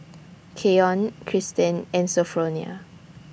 Keyon Kristen and Sophronia